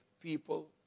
people